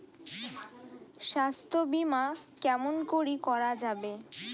স্বাস্থ্য বিমা কেমন করি করা যাবে?